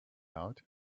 out